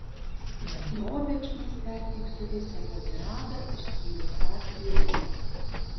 probėgšmais perteiksiu visą jo tiradą išskyrus patį bjaurumą